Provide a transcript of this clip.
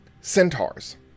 centaurs